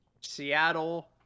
Seattle